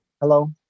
hello